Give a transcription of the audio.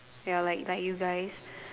ya like like you guys